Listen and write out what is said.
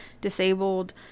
disabled